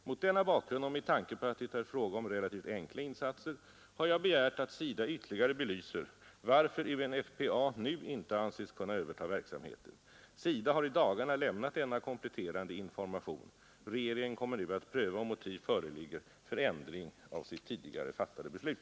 Mot denna bakgrund och med tanke på att det är fråga om relativt enkla insatser har jag begärt att SIDA ytterligare belyser varför UNFPA nu inte anses kunna överta verksamheten. SIDA har i dagarna lämnat denna kompletterande information. Regeringen kommer nu att pröva om motiv föreligger för ändring av sitt tidigare fattade beslut.